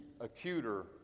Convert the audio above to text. acuter